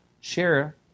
share